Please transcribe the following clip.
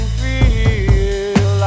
feel